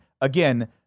again